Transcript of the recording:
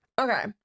Okay